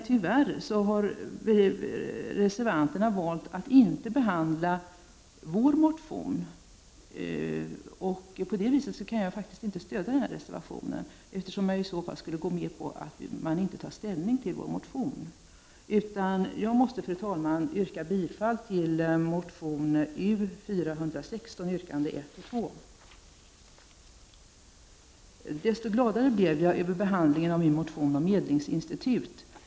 Tyvärr har reservanterna valt att inte behandla folkpartiets motion, och därför kan jag inte stödja reservationen, eftersom jag i så fall skulle gå med på att man inte tar ställning till vår motion. Jag måste därför, fru talman, yrka bifall till motion U416 yrkandena 1 och 2 Desto gladare blev jag över behandlingen av min motion om ett medlingsinstitut.